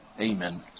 Amen